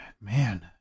Man